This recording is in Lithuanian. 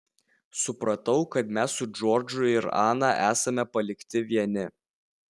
supratau kad mes su džordžu ir ana esame palikti vieni